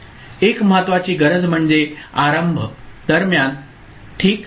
एक महत्वाची गरज म्हणजे आरंभ दरम्यान ठीक